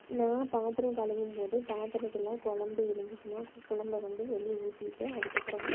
நாங்கள் பாத்திரம் கழுவும்போது பாத்திரத்துல குழம்பு இருந்துச்சுனா குழம்ப வந்து வெளியே ஊத்திவிட்டு அதுக்கப்புறமா